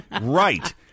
right